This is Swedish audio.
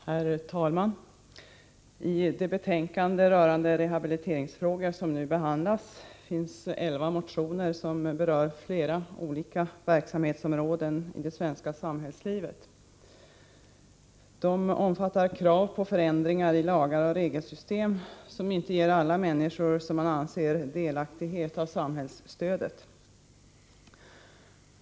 Herr talman! I det betänkande rörande rehabiliteringsfrågor som nu behandlas finns elva motioner som berör flera olika verksamhetsområden i det svenska samhällslivet. De omfattar krav på förändringar i lagar och regelsystem som — enligt vad man anser — inte ger alla människor delaktighet av samhällsstödet.